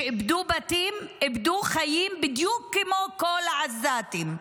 שאיבדו בתים, איבדו חיים, בדיוק כמו כל העזתים,